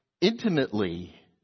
intimately